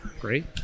great